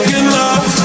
enough